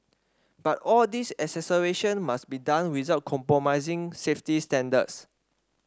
but all this acceleration must be done without compromising safety standards